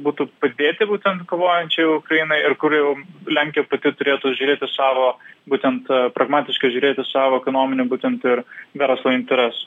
būtų padėti būtent kovojančiai ukrainai ir kur jau lenkija pati turėtų žiūrėti savo būtent pragmatiškai žiūrėti savo ekonominių būtent ir verslo interesų